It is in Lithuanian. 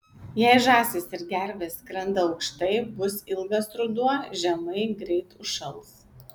jei žąsys ir gervės skrenda aukštai bus ilgas ruduo žemai greit užšals